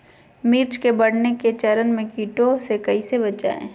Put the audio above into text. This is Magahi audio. मिर्च के बढ़ने के चरण में कीटों से कैसे बचये?